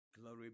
Glory